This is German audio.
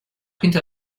hinter